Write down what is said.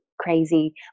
crazy